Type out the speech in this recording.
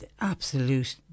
absolute